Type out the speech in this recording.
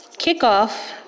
kickoff